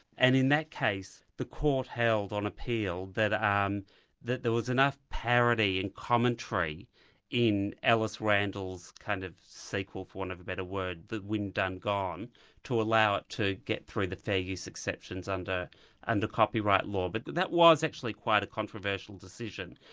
and in that case the court held on appeal that um that there was enough parody and commentary in alice randall's kind of sequel for want of a better word, the wind done gone to allow it to get through the fair use exceptions under under copyright law. but that was actually quite a controversial decision.